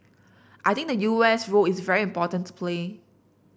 I think the U S role is very important to play